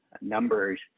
numbers